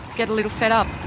get a little fed up.